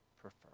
prefer